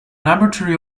laboratory